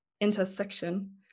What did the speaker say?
intersection